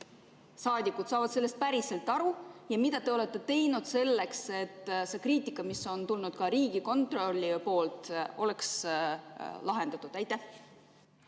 saadikud saavad sellest päriselt aru ja mida te olete teinud selleks, et see kriitika, mis on tulnud ka Riigikontrolli poolt, oleks lahendatud. Aitäh!